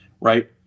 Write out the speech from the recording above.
right